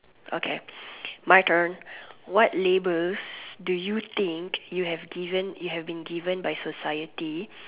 okay my turn what labels do you think you have given you have been given by society